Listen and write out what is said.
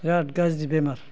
बिराद गाज्रि बेमार